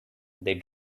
they